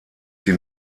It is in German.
sie